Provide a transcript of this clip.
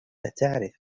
أتعرف